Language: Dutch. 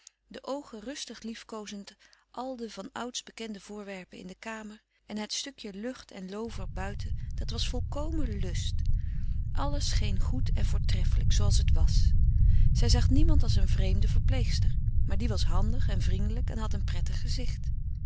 de oogen rustig liefkoozend al de van ouds bekende voorwerpen in de kamer en het stukje lucht en loover buiten dat was volkomen lust alles scheen goed en voortreffelijk zooals het was zij zag niemand als een vreemde verpleegster maar die was handig en vriendelijk en had een prettig gezicht